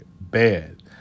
Bad